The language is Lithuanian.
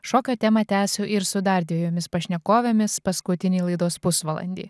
šokio temą tęsiu ir su dar dvejomis pašnekovėmis paskutinį laidos pusvalandį